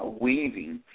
weaving